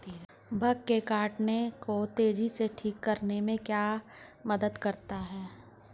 Bug के काटने को तेजी से ठीक करने में क्या मदद करता है?